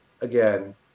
again